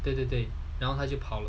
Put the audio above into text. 对对对然后他就跑